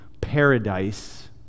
paradise